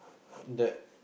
that